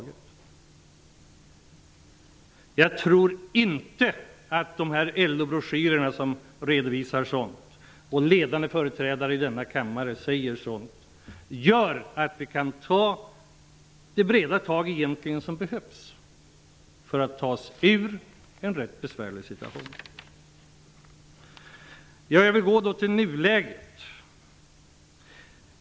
Jag tror inte att de LO-broschyrer som redovisar sådant och de ledande företrädare i denna kammare som säger sådant bidrar till att vi kan ta de breda tag som egentligen behövs för att vi skall kunna ta oss ur en ganska besvärlig situation. Jag vill gå vidare till nuläget.